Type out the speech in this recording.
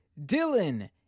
Dylan